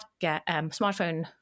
smartphone